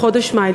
בחודש מאי,